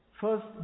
first